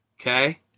okay